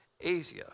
Asia